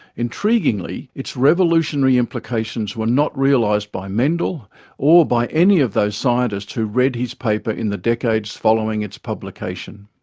intriguingly, its revolutionary implications were not realised by mendel or by any of those scientists who read his paper in the decades following its publication.